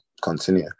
continue